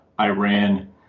Iran